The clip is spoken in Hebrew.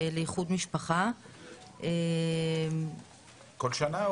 לאיחוד משפחה בכל שנה,